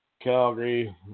Calgary